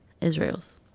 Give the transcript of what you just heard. israel's